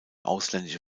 ausländische